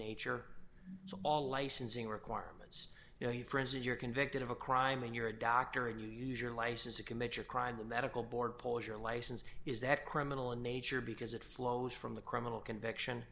nature so all licensing requirements you know your friends if you're convicted of a crime and you're a doctor and you use your license to commit your crime the medical board polish your license is that criminal in nature because it flows from the criminal conviction